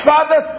Father